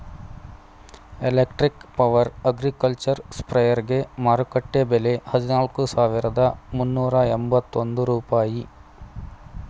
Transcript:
electric power agricultural ಸ್ಪ್ರೆಯರ್ಗೆ ಮಾರುಕಟ್ಟೆ ಬೆಲೆ ಹದಿನಾಲ್ಕು ಸಾವಿರದ ಮುನ್ನೂರ ಎಂಬತ್ತೊಂದು ರೂಪಾಯಿ